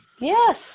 Yes